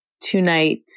tonight